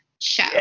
show